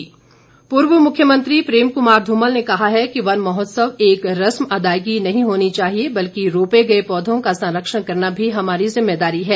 धुमल पूर्व मुख्यमंत्री प्रेम कुमार धूमल ने कहा है कि वन महोत्सव एक रस्म अदायगी नहीं होनी चाहिए बल्कि रोपे गए पौंधों का संरक्षण करना भी हमारी जिम्मेवारी है